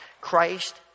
Christ